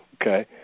Okay